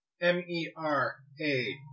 M-E-R-A